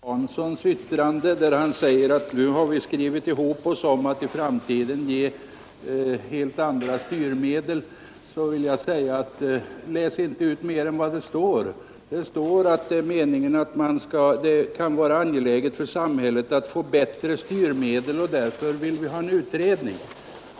Herr talman! Med anledning av herr Janssons yttrande att vi nu har skrivit ihop oss om att i framtiden ge helt andra styrmedel vill jag säga: Läs inte ut mer än vad det står! Det står att det kan vara angeläget för samhället att få bättre styrmedel och att vi därför vill ha en utredning.